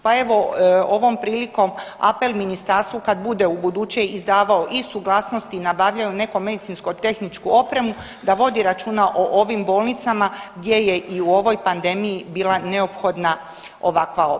Pa evo ovom prilikom apel ministarstvu kad bude u buduće izdavao i suglasnost i nabavljao neku medicinsko-tehničku opremu da vodi računa o ovim bolnicama gdje je i u ovoj pandemiji bila neophodna ovakva oprema.